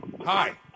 Hi